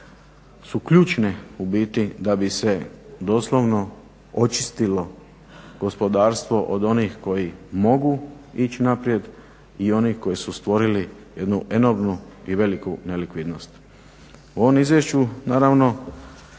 su ključne u biti da bi se doslovno očistilo gospodarstvo od onih koji mogu ići naprijed i onih koji su stvorili jednu enormnu i veliku nelikvidnost. U ovom izvješću naravno